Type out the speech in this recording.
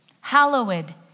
Hallowed